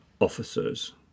officers